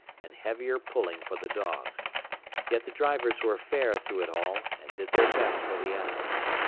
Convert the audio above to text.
and heavier pulling for the dogs yet the drivers were fair through it all, and did their best for the animals.